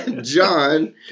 John